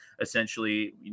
essentially